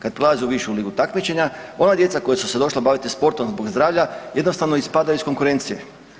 Kad prelazi u višu ligu takmičenja ona djeca koja su se došla baviti sportom zbog zdravlja jednostavno ispadanju iz konkurencije.